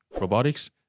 robotics